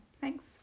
Thanks